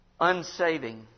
unsaving